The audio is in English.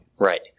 Right